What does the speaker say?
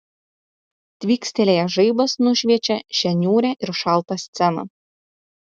tvykstelėjęs žaibas nušviečia šią niūrią ir šaltą sceną